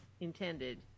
intended